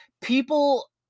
People